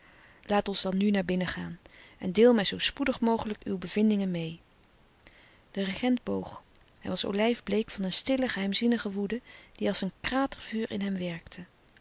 laat ons dan nu naar binnengaan en deel mij zoo spoedig mogelijk uw bevindingen meê de regent boog hij was olijfbleek van een stille geheimzinnige woede die als een kratervuur in hem werkte